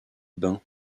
bains